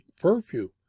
perfume